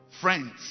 friends